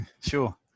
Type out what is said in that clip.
Sure